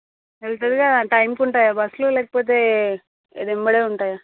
వెళుతుంది కదా టైమ్కు ఉంటాయా బస్సులు లేకపోతే అది వెంబడే ఉంటాయా